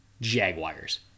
Jaguars